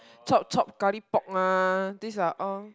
chop chop karipap mah this is like all